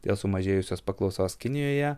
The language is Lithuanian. dėl sumažėjusios paklausos kinijoje